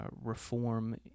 reform